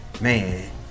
man